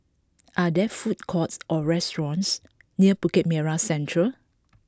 are there food courts or restaurants near Bukit Merah Central